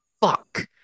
fuck